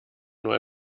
nur